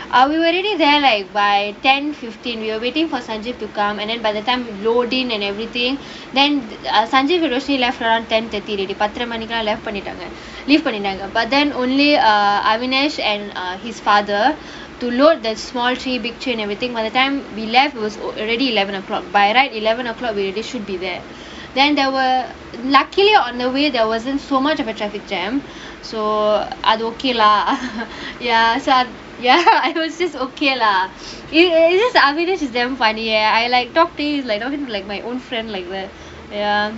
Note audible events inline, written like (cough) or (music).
ah we were already there like by ten fifteen we were waiting for sanjeev to come and then by the time loading and everything then sanjeev roshi left around ten thirty already பத்தர மணிக்கலாம்:patthara manikkalaam left பண்ணிட்டாங்க:pannittaanga leave பண்ணிட்டாங்க:pannittaanga but then only a ahvenesh and err his father to load that small tree and everything by the time we left was already eleven o'clock by right eleven o'clock we should be there then there were luckily on the way there wasn't so much of a traffic jam so ah okay lah (laughs) ya I will say okay lah avinesh is damn funny I like talk to you like my old friend like that ya